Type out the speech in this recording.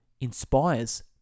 inspires